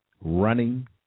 running